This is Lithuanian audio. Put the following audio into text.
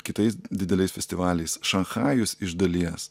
kitais dideliais festivaliais šanchajus iš dalies